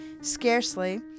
Scarcely